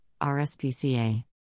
RSPCA